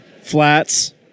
Flats